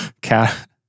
cat